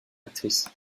actrices